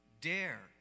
dare